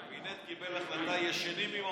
הקבינט קיבל החלטה: ישנים עם המסכות.